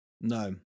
No